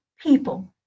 people